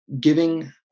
giving